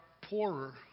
poorer